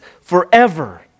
forever